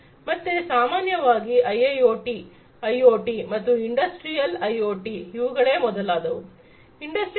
ಮತ್ತೆ ಸಾಮಾನ್ಯವಾಗಿ IIoT IoT ಮತ್ತು ಇಂಡಸ್ಟ್ರಿಯಲ್ ಐಒಟಿ ಇವುಗಳೆ ಮೊದಲಾದವು ಇಂಡಸ್ಟ್ರಿ 4